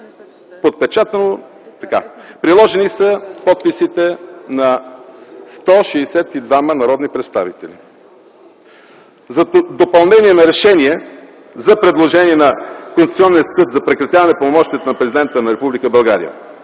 решението.” Приложени са подписите на 162 народни представители. За Допълнение на решение за предложение до Конституционния съд за прекратяване пълномощията на президента на Република България: